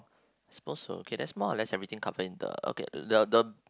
suppose so okay there's more or less everything covered in the okay the the